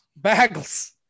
bagels